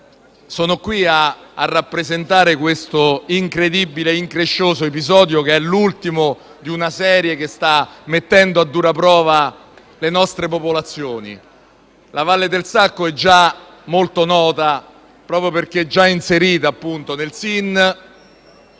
Sono qui a rappresentare questo incredibile e increscioso episodio, l'ultimo di una serie che sta mettendo a dura prova le nostre popolazioni. La Valle del Sacco è già molto nota proprio perché già inserita nel SIN